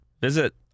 Visit